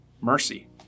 mercy